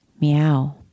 Meow